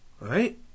right